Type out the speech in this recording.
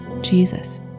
Jesus